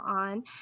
on